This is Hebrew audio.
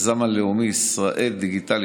מטילים על הציבור ועל העסקים הפרטיים מיסים עקיפים.